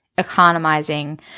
economizing